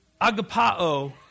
agapao